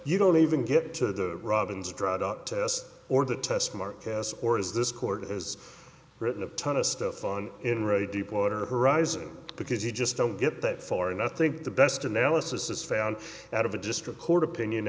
you don't even get to the robin's dried up test or the test markets or is this court has written a ton of stuff on in re deepwater horizon because you just don't get that far and i think the best analysis is found out of a district court opinion